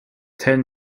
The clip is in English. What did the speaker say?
ten